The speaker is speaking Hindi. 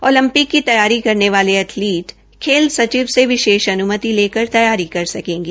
ओलपिक की तैयारी करने वाले एथलीट खेल सचिव से विशेष अन्मति लेकर तैयारी कर सकेंगे